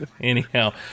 anyhow